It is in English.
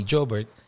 Jobert